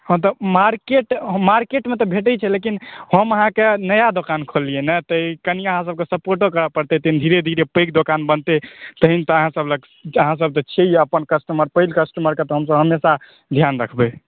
हँ तऽ मार्केट मार्केटमे तऽ भेंटए छै लेकिन हम अहाँके नया दोकान खोललिऐ ने तऽ कनि अहाँसभ सपोर्ट करऽ पड़तै तहन धीरे धीरे पैघ दोकान बनते तहन तऽ अहाँसभ लऽक अहाँसभ तऽ छिऐए अपन कस्टमर पहिल कस्टमरके तऽ हम जहन ने तहन ध्यान रखबै